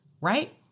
right